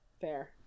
fair